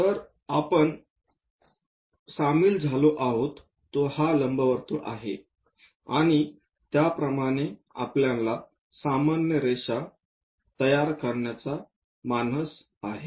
तर आपण सामील झालो आहोत तो हा लंबवर्तुळ आहे आणि त्याप्रमाणे सामान्य रेषा तयार करण्याचा आमचा मानस आहे